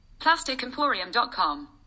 PlasticEmporium.com